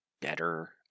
better